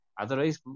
otherwise